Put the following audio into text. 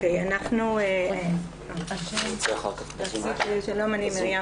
זה נדון